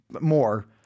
more